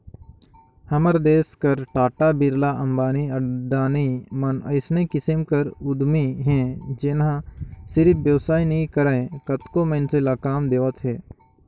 हमर देस कर टाटा, बिरला, अंबानी, अडानी मन अइसने किसिम कर उद्यमी हे जेनहा सिरिफ बेवसाय नी करय कतको मइनसे ल काम देवत हे